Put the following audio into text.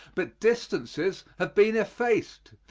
but distances have been effaced.